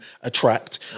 attract